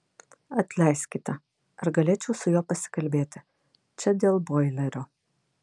atleiskite ar galėčiau su juo pasikalbėti čia dėl boilerio